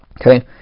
Okay